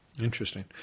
Interesting